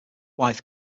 wife